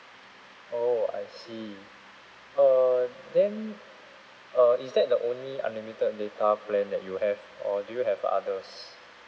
oh I see err then uh is that the only unlimited data plan that you have or do you have uh others